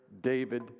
David